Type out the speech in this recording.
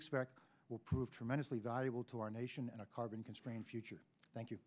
expect will prove tremendously valuable to our nation and a carbon constrained future thank you